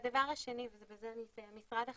הדבר השני ובזה אסיים, משרד החינוך,